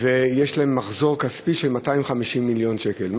ויש להן מחזור כספי של 250 מיליון שקל.